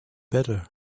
better